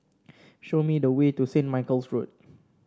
show me the way to Saint Michael's Road